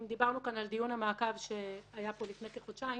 אם דיברנו כאן על דיון המעקב שהיה פה לפני כחודשיים,